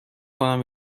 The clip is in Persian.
کنم